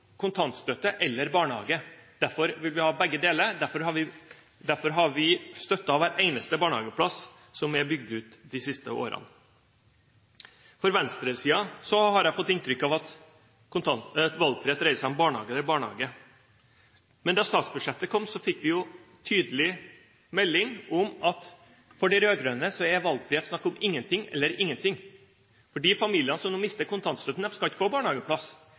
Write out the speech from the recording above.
kontantstøtte eller barnehage. Derfor vil vi ha begge deler. Derfor har vi støttet hver eneste barnehageplass som er bygd ut de siste årene. For venstresiden har jeg fått inntrykk av at valgfrihet dreier seg om barnehage eller barnehage. Men da statsbudsjettet kom, fikk vi tydelig melding om at for de rød-grønne er valgfrihet snakk om ingenting eller ingenting. For de familiene som nå mister kontantstøtten, skal ikke få barnehageplass,